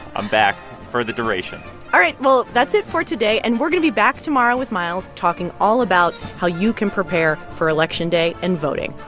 i'm back for the duration all right. well, that's it for today. and we're going to be back tomorrow with miles talking all about how you can prepare for election day and voting.